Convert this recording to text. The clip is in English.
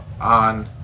on